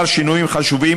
כמה שינויים חשובים,